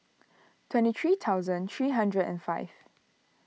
twenty three thousand three hundred and five